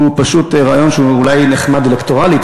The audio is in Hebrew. הוא פשוט רעיון שהוא אולי נחמד אלקטורלית,